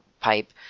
pipe